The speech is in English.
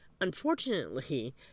Unfortunately